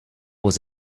was